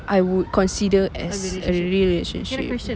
I would consider as a real relationship